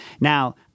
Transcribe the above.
Now